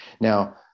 Now